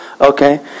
Okay